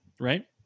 right